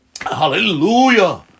Hallelujah